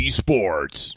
sports